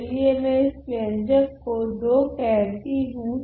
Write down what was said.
चलिए मैं इस व्यंजक को II कहती हूँ